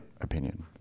opinion